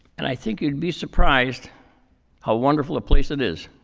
and i think you'd be surprised how wonderful a place it is.